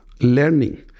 learning